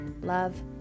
love